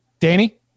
Danny